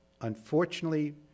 unfortunately